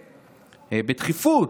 בדחיפות,